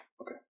Okay